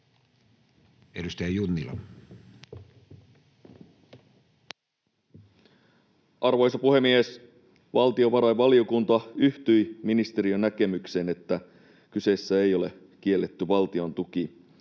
12:58 Content: Arvoisa puhemies! Valtiovarainvaliokunta yhtyi ministeriön näkemykseen, että kyseessä ei ole kielletty valtiontuki.